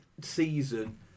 season